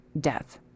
death